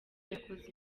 yakoze